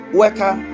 worker